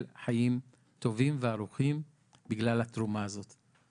חיים טובים וארוכים בגלל התרומה הזאת.